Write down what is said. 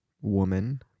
woman